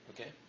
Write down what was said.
Okay